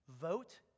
vote